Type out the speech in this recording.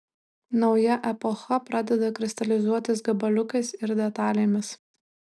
nauja epocha pradeda kristalizuotis gabaliukais ir detalėmis